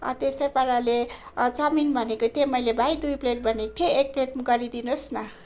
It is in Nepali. त्यसै पाराले चाउमिन भनेको थिएँ मैले भाइ दुई प्लेट भनेको थिएँ एक प्लेट गरिदिनुहोस् न